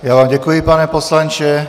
Já vám děkuji, pane poslanče.